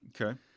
Okay